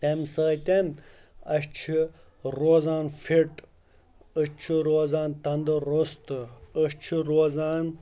تَمہِ سۭتۍ اَسہِ چھِ روزان فِٹ أسۍ چھِ روزان تنٛدرُستہٕ أسۍ چھِ روزان